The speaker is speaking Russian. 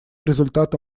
результаты